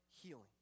healing